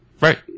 Right